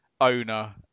owner